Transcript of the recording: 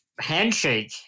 handshake